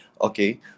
okay